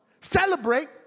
celebrate